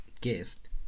Guest